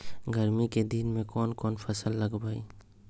गर्मी के दिन में कौन कौन फसल लगबई?